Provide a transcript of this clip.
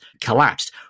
collapsed